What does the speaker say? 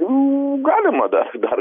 nu galima dar dar